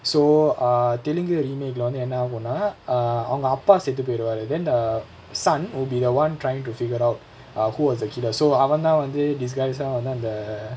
so err telungu lah remake lah வந்து என்னாகும்னா:vanthu ennaagumnaa err அவங்க அப்பா செத்து போயிருவாரு:avanga appa seththu poyiruvaaru then the son will be the [one] trying to figure out ah who was uh killer so அவதா வந்து:avathaa vanthu these guys தா வந்து அந்த:tha vanthu antha